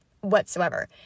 whatsoever